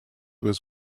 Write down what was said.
was